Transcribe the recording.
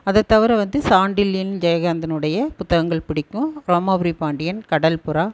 அதை தவிர வந்து சாண்டில்யன் ஜெயகாந்தனுடைய புத்தகங்கள் பிடிக்கும் ரோமாபுரி பாண்டியன் கடல் புறா